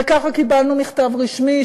וככה קיבלנו מכתב רשמי,